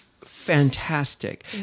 fantastic